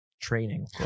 training